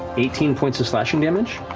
eighteen points of slashing damage.